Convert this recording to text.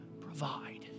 provide